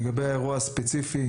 לגבי האירוע הספציפי,